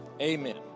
amen